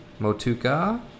Motuka